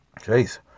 Jeez